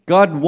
God